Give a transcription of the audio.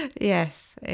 Yes